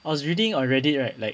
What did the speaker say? I was reading on Reddit right like